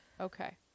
Okay